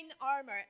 armor